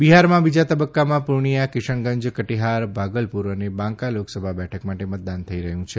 બિફારમાં બીજા તબક્કામાં પૂર્ણિયા કિશનગંજ કટિફાર ભાગલપુર અને બાંકા લોકસભા બેઠક માટે મતદાન થઈ રહ્યું છે